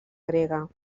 grega